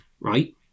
right